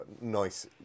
nice